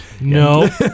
No